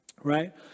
right